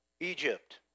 Egypt